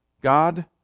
God